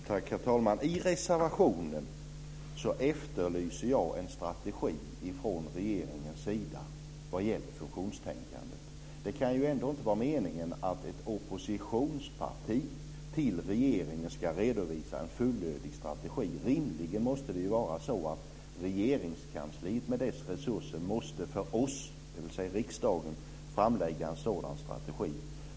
Herr talman! I reservationen efterlyser jag en strategi från regeringens sida när det gäller funktionstänkandet. Det kan ju ändå inte vara meningen att ett oppositionsparti till regeringen ska redovisa en fullödig strategi. Rimligen måste det ju vara så att Regeringskansliet med dess resurser för oss, dvs. riksdagen, måste framlägga en sådan strategi.